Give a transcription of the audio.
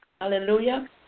Hallelujah